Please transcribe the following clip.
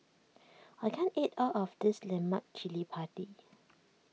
I can't eat all of this Lemak Cili Padi